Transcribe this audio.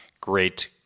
great